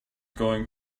going